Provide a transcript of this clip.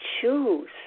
choose